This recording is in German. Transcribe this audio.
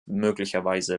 möglicherweise